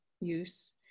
use